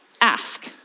Ask